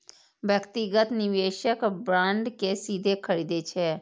व्यक्तिगत निवेशक बांड कें सीधे खरीदै छै